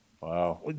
Wow